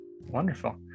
wonderful